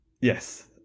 Yes